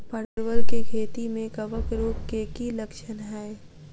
परवल केँ खेती मे कवक रोग केँ की लक्षण हाय?